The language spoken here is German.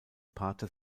pater